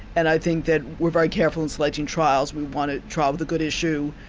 and i think that we're very careful in selecting trials we want a trial with a good issue,